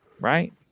Right